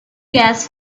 gas